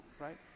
right